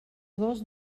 gos